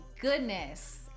goodness